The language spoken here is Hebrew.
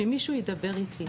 שמישהו ידבר איתי,